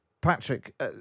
Patrick